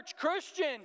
Christian